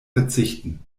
verzichten